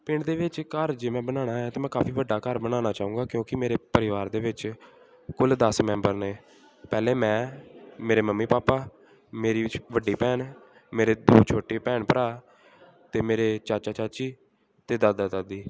ਪਿੰਡ ਦੇ ਵਿੱਚ ਘਰ ਜੇ ਮੈਂ ਬਣਾਉਣਾ ਹੈ ਤਾਂ ਮੈਂ ਕਾਫੀ ਵੱਡਾ ਘਰ ਬਣਾਉਣਾ ਚਾਹੂੰਗਾ ਕਿਉਂਕਿ ਮੇਰੇ ਪਰਿਵਾਰ ਦੇ ਵਿੱਚ ਕੁੱਲ ਦਸ ਮੈਂਬਰ ਨੇ ਪਹਿਲੇ ਮੈਂ ਮੇਰੇ ਮੰਮੀ ਪਾਪਾ ਮੇਰੀ ਛ ਵੱਡੀ ਭੈਣ ਮੇਰੇ ਦੋ ਛੋਟੇ ਭੈਣ ਭਰਾ ਅਤੇ ਮੇਰੇ ਚਾਚਾ ਚਾਚੀ ਅਤੇ ਦਾਦਾ ਦਾਦੀ